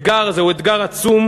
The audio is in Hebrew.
זהו אתגר עצום,